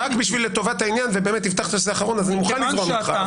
הבטחת שזה נושא אחרון ולטובת העניין אני מוכן לזרום איתך.